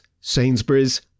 Sainsbury's